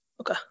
Okay